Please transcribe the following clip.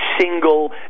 single